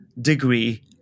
degree